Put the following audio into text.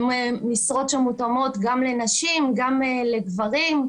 יש להן משרות המותאמות גם לנשים וגם לגברים.